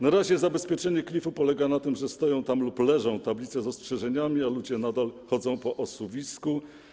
Na razie zabezpieczenie klifu polega na tym, że stoją tam lub leżą tablice z ostrzeżeniami, a ludzie nadal chodzą po osuwisku.